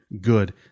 Good